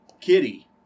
Kitty